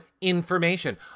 information